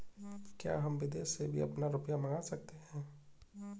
क्या हम विदेश से भी अपना रुपया मंगा सकते हैं?